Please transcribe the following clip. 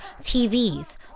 TVs